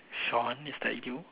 Shaun is that you